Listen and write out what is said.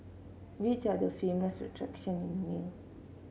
which are the famous attractions in Male